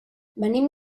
venim